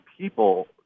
people